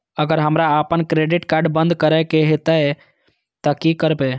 अगर हमरा आपन क्रेडिट कार्ड बंद करै के हेतै त की करबै?